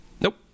nope